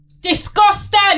Disgusting